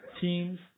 teams